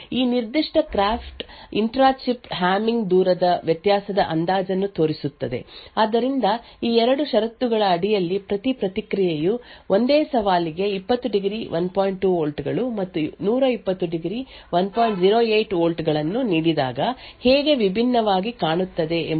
ಈ ನಿರ್ದಿಷ್ಟ graph intra chip Hamming ದೂರದ ವ್ಯತ್ಯಾಸದ ಅಂದಾಜನ್ನು ತೋರಿಸುತ್ತದೆ ಆದ್ದರಿಂದ ಈ 2 ಷರತ್ತುಗಳ ಅಡಿಯಲ್ಲಿ ಪ್ರತಿ ಪ್ರತಿಕ್ರಿಯೆಯು ಒಂದೇ ಸವಾಲಿಗೆ ಹೇಗೆ ವಿಭಿನ್ನವಾಗಿ ಕಾಣುತ್ತದೆ ಎಂಬುದನ್ನು ಇದು ನಿಮಗೆ ತಿಳಿಸುತ್ತದೆ 20° 1